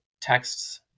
texts